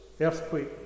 earthquake